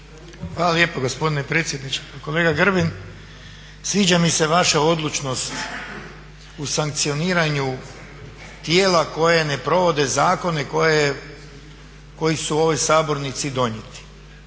Hvala lijepo gospodine predsjedniče. Pa kolega Grbin, sviđa mi se vaša odlučnost u sankcioniranju tijela koja ne provode zakone koji su u ovoj sabornici donijeti